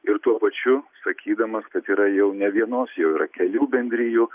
ir tuo pačiu sakydamas kad yra jau ne vienos jau yra kelių bendrijų